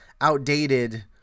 outdated